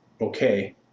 okay